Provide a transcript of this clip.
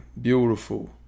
Beautiful